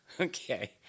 Okay